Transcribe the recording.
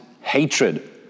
hatred